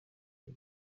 ubu